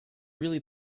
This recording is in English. really